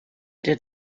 did